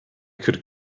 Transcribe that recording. could